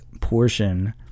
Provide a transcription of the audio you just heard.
portion